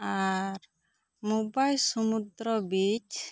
ᱟᱨ ᱢᱩᱢᱵᱟᱹᱭ ᱥᱩᱢᱩᱫᱨᱚ ᱵᱤᱪ